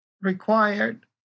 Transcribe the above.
required